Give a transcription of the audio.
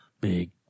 Big